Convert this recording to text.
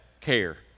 care